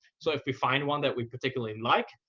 so if we find one that we particularly and like,